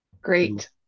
great